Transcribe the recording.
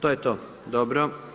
To je to, dobro.